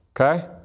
okay